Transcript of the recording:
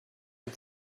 and